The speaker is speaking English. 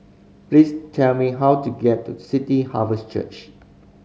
please tell me how to get to City Harvest Church